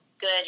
good